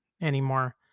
anymore